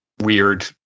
weird